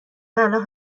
الان